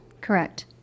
Correct